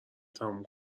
تموم